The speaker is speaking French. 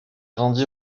rendit